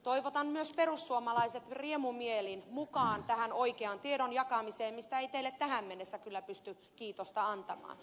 toivotan myös perussuomalaiset riemumielin mukaan tähän oikean tiedon jakamiseen mistä ei teille tähän mennessä kyllä pysty kiitosta antamaan